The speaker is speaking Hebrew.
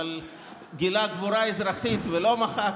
אבל גילה גבורה אזרחית ולא מחק,